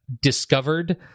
discovered